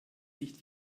sich